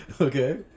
Okay